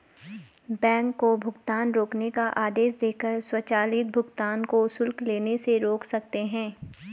bank को भुगतान रोकने का आदेश देकर स्वचालित भुगतान को शुल्क लेने से रोक सकते हैं